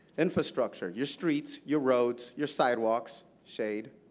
infrastructure, your streets, your roads, your sidewalks, shade,